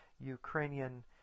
Ukrainian